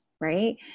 right